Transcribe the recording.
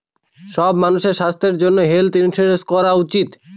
সব মানুষের স্বাস্থ্যর জন্য হেলথ ইন্সুরেন্স থাকা উচিত